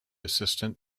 assistant